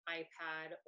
iPad